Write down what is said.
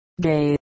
gay